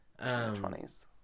20s